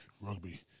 rugby